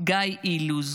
גיא אילוז,